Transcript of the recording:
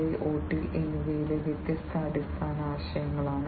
0 IIoT എന്നിവയിലെ വ്യത്യസ്ത അടിസ്ഥാന ആശയങ്ങളാണ്